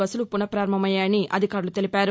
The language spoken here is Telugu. బస్సులు పునపారంభమయ్యాయని అధికారులు తెలిపారు